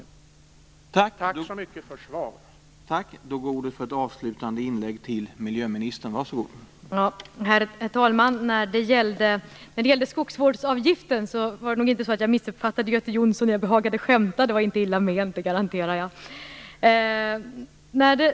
Tack så mycket för svaret.